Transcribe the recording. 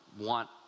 want